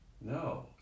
No